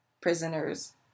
prisoners